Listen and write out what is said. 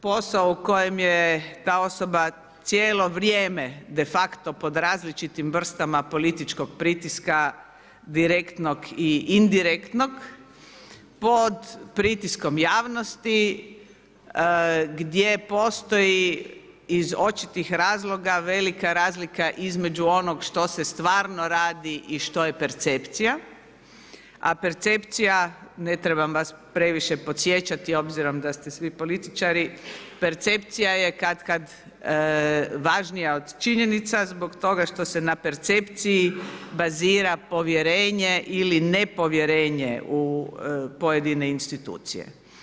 Posao u kojem je ta osoba cijelo vrijeme, de facto pod različitim vrstama političkog pritiska, direktnog i indirektnog, pod pritiskom javnosti, gdje postoji iz očitog razloga velika razloga između onog što se stvarno radi i što je percepcija, a percepcija, ne trebam vas previše podsjećati, obzirom da ste svi političari, percepcija je katkad važnija od činjenica, zbog toga što se na percepciji bazira povjerenje ili nepovjerenje u pojedine institucije.